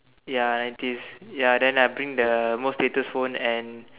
ya nineties ya then I bring the most latest phone and